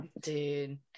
Dude